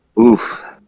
Oof